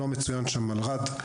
לא מצוין שם מלר"ד.